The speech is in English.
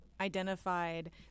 identified